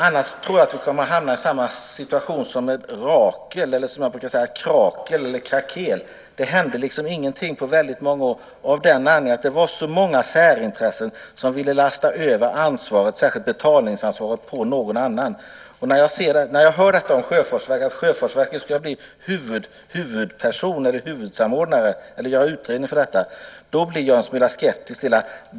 Annars kommer vi att hamna i samma situation som i fallet Rakel, eller som jag brukar säga Krakel eller Krakél, då det inte hände någonting på många år eftersom det fanns så många särintressen som ville lasta över ansvaret, särskilt betalningsansvaret, på någon annan. När jag hör att Sjöfartsverket ska bli huvudsamordnare, eller utreda detta, känner jag mig en smula skeptisk.